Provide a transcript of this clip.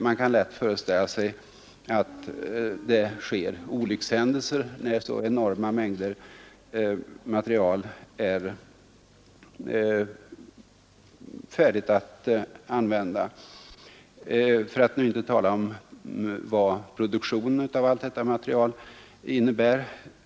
Man kan lätt föreställa sig att det kan ske olyckshändelser när så enorma mängder explosivt material finns färdigt att använda, för att nu inte tala om vad produktionen av allt detta material innebär.